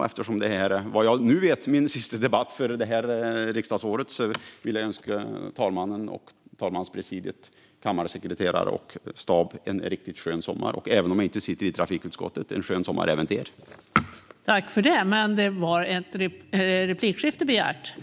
Eftersom detta, vad jag vet, är min sista debatt för detta riksdagsår vill jag önska talmannen och talmanspresidiet, kammarsekreterare och stab en riktigt skön sommar. Och även om jag inte sitter i trafikutskottet vill jag önska även er en skön sommar.